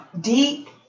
deep